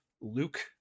Luke